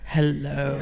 Hello